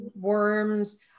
worms